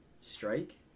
strike